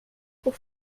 pour